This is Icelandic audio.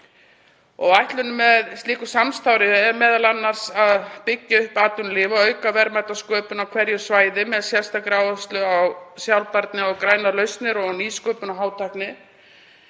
Ætlunin með slíku samstarfi er m.a. að byggja upp atvinnulíf og auka verðmætasköpun á hverju svæði með sérstakri áherslu á sjálfbærni og grænar lausnir og nýsköpun og hátækni.